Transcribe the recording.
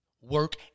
work